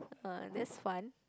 uh that's fun